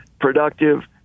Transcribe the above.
productive